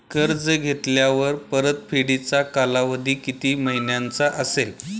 कर्ज घेतल्यावर परतफेडीचा कालावधी किती महिन्यांचा असेल?